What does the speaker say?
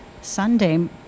Sunday